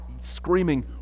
screaming